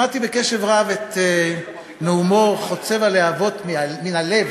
שמעתי בקשב רב את נאומו חוצב הלהבות, מן הלב,